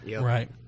right